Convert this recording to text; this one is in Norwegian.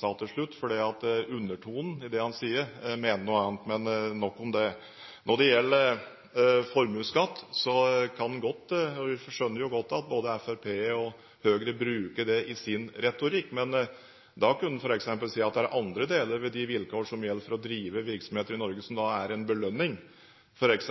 sa til slutt, for undertonen i det han sier, er at han mener noe annet. Men nok om det. Når det gjelder formuesskatt, skjønner jeg godt at både Fremskrittspartiet og Høyre bruker det i sin retorikk, men da kunne en f.eks. si at det er andre deler ved de vilkår som gjelder for å drive virksomheter i Norge, som er en belønning, f.eks.